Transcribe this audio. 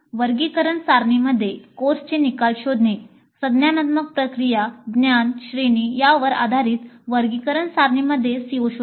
वर्गीकरण सारणीमध्ये कोर्सचे निकाल शोधणे संज्ञानात्मक प्रक्रिया ज्ञान श्रेणी यावर आधारित वर्गीकरण सारणीमध्ये CO शोधा